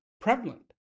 prevalent